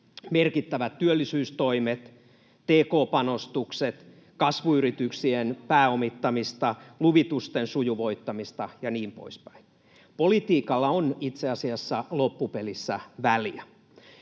merkittävät työllisyystoimet, tk-panostukset, kasvuyrityksien pääomittamista, luvitusten sujuvoittamista ja niin poispäin. Politiikalla on itse asiassa loppupelissä väliä.